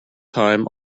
time